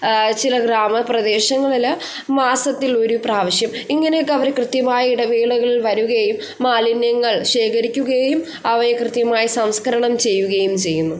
ചില ഗ്രാമപ്രദേശങ്ങളിൽ മാസത്തിൽ ഒരു പ്രാവശ്യം ഇങ്ങനെയൊക്കെ അവർ കൃത്യമായ ഇടവേളകളിൽ വരുകയും മാലിന്യങ്ങൾ ശേഖരിക്കുകയും അവയെ കൃത്യമായി സംസ്ക്കരണം ചെയ്യുകയും ചെയ്യുന്നു